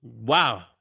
wow